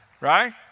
right